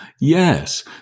Yes